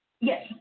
Yes